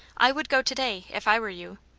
i would go to-day, if i were you.